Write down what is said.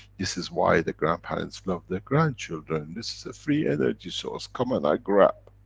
this is why the grandparents love their grandchildren, this is a free energy source, come and i grab.